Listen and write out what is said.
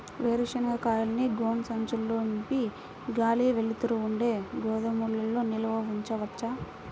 వేరుశనగ కాయలను గోనె సంచుల్లో నింపి గాలి, వెలుతురు ఉండే గోదాముల్లో నిల్వ ఉంచవచ్చా?